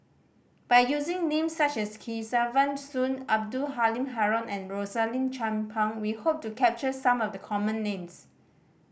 by using names such as Kesavan Soon Abdul Halim Haron and Rosaline Chan Pang we hope to capture some of the common names